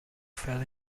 fell